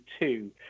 two